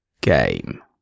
game